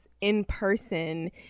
in-person